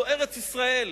זו ארץ-ישראל.